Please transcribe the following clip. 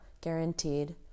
guaranteed